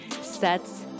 sets